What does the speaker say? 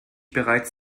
bereits